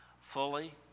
fully